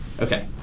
Okay